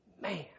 man